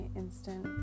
instant